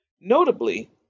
Notably